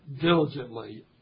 diligently